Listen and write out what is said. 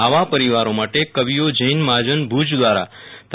આવા પરિવારો માટે કવિઓ જૈન મહાજન ભુજ દ્વારા તા